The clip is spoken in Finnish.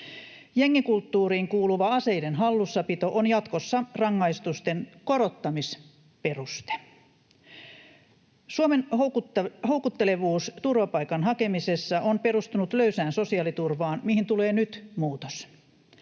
Jengikulttuuriin kuuluva aseiden hallussapito on jatkossa rangaistusten korottamisperuste. Suomen houkuttelevuus turvapaikan hakemisessa on perustunut löysään sosiaaliturvaan, mihin tulee nyt muutos.